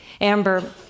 Amber